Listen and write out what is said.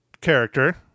character